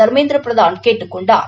தர்மேந்திர பிரதான் கேட்டுக் கொண்டார்